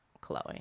Chloe